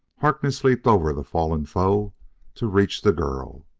harkness leaped over the fallen foe to reach the girl.